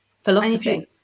philosophy